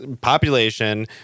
population